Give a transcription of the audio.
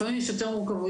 לפעמים יש יותר מורכבויות.